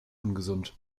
ungesund